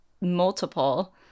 multiple